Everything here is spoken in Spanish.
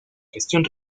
gestión